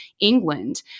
England